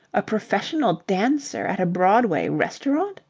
a professional dancer at a broadway restaurant!